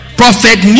prophet